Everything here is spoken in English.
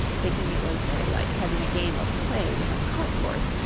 thinking it was very like having a game of play with a cart-horse,